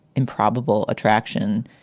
improbable attraction.